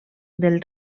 del